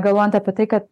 galvojant apie tai kad